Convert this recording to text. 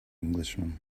englishman